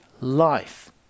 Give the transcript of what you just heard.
life